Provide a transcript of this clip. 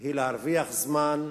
היא להרוויח זמן,